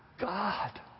God